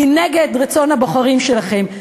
היא נגד רצון הבוחרים שלכם.